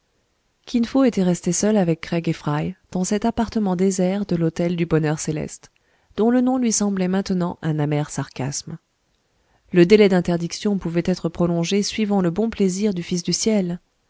kin fo était resté seul avec craig et fry dans cet appartement désert de l'hôtel du bonheur céleste dont le nom lui semblait maintenant un amer sarcasme le délai d'interdiction pouvait être prolongé suivant le bon plaisir du fils du ciel